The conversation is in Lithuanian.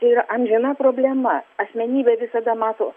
tai yrą amžina problema asmenybė visada mato